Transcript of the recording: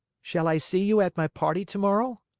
shall i see you at my party tomorrow?